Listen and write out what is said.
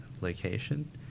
location